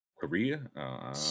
Korea